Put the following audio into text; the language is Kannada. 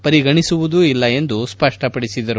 ಪರಿಗಣಿಸುವುದೂ ಇಲ್ಲ ಎಂದು ಸ್ವಷ್ಪಪಡಿಸಿದರು